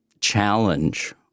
challenge